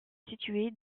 située